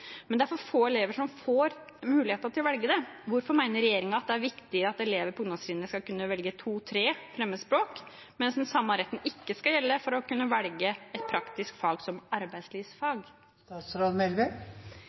men det er for få elever som får muligheten til å velge det. Hvorfor mener regjeringen at det er viktig at elever på ungdomstrinnet skal kunne velge to–tre fremmedspråk, mens den samme retten ikke skal gjelde for å kunne velge et praktisk fag som